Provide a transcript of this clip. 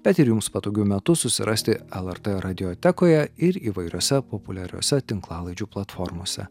bet ir jums patogiu metu susirasti lrt radiotekoje ir įvairiose populiariose tinklalaidžių platformose